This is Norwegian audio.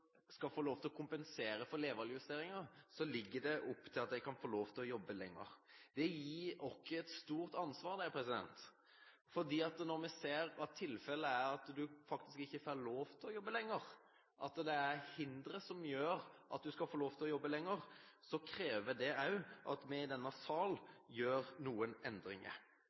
skal få lov til å kompensere for levealdersjusteringen, legges det opp til at de kan få lov til å jobbe lenger. Det gir oss et stort ansvar, for når vi ser at tilfellet er at man faktisk ikke får lov til å jobbe lenger, at det er hindre i veien for at en skal få lov til å jobbe lenger, krever det også at vi i denne salen gjør noen endringer.